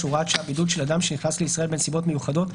(הוראת שעה) בידוד של אדם שנכנסלישראל בנסיבות מיוחדות,